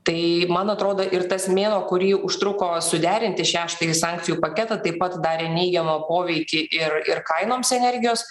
tai man atrodo ir tas mėnuo kurį užtruko suderinti šeštąjį sankcijų paketą taip pat darė neigiamą poveikį ir ir kainoms energijos